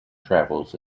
travels